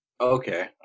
okay